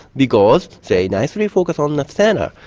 because they nicely focus on the centre,